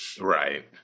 Right